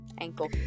ankle